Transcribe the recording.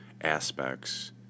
aspects